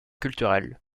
culturel